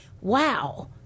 wow